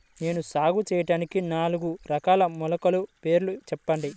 నేను సాగు చేయటానికి నాలుగు రకాల మొలకల పేర్లు చెప్పండి?